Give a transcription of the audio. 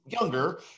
younger